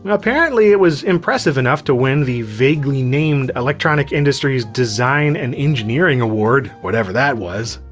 apparently it was impressive enough to win the vaguely-named electronic industries design and engineering award, whatever that was.